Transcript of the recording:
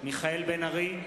מיכאל בן-ארי,